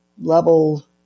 level